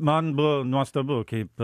man buvo nuostabu kaip